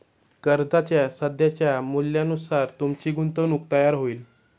कर्जाच्या सध्याच्या मूल्यानुसार तुमची गुंतवणूक तयार होईल